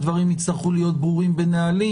הדברים יצטרכו להיות ברורים בנהלים.